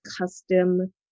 custom